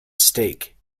stake